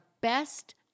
best